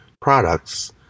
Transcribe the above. products